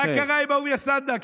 מה קרה עם אהוביה סנדק?